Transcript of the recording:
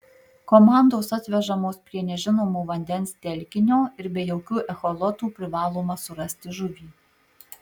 komandos atvežamos prie nežinomo vandens telkinio ir be jokių echolotų privaloma surasti žuvį